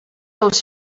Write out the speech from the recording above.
dels